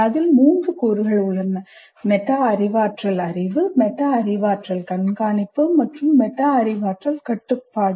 அந்த மூன்று கூறுகள் மெட்டா அறிவாற்றல் அறிவு மெட்டா அறிவாற்றல் கண்காணிப்பு மற்றும் மெட்டா அறிவாற்றல் கட்டுப்பாடு